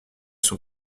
son